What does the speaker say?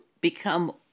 become